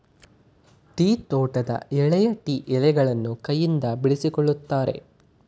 tea ತೋಟದ ಎಳೆಯ tea ಎಲೆಗಳನ್ನು ಕೈಯಿಂದ ಬಿಡಿಸಿಕೊಳ್ಳುತ್ತಾರೆ